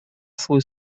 свой